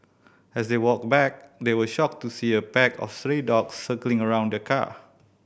as they walked back they were shocked to see a pack of stray dogs circling around the car